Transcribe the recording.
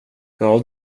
gav